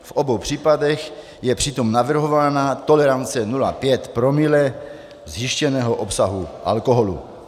V obou případech je přitom navrhována tolerance 0,5 promile zjištěného obsahu alkoholu.